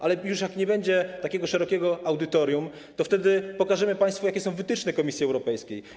Jak już nie będzie takiego szerokiego audytorium, to pokażemy państwu, jakie są wytyczne Komisji Europejskiej.